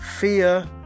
fear